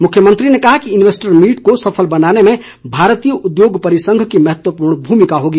मुख्यमंत्री ने कहा कि इन्वेस्टर मीट को सफल बनाने में भारतीय उद्योग परिसंघ की महत्वपूर्ण भूमिका होगा